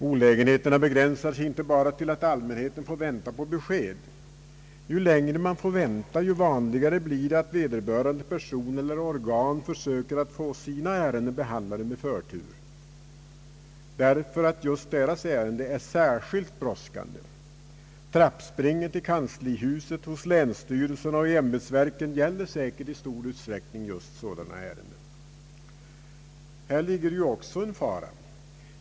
Olägenheterna begränsar sig inte bara till att allmänheten får vänta på besked. Ju längre man får vänta desto vanligare blir det att vederbörande person eller organ försöker få sina ärenden behandlade med förtur, därför att just deras ärende är så särskilt brådskande. Trappspringet i kanslihuset, hos länsstyrelserna och i ämbetsverken gäller säkerligen i stor utsträckning just sådana ärenden. Häri ligger också en fara.